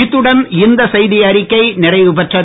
இத்துடன் இந்த செய்திஅறிக்கை நிறைவுபெறுகிறது